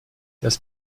das